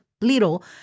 little